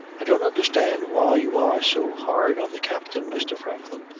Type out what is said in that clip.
i don't understand why you are so hard on the captain, mr. franklin.